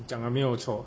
你讲的没有错